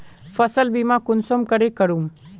फसल बीमा कुंसम करे करूम?